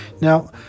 Now